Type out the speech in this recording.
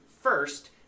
first